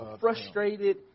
frustrated